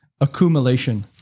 accumulation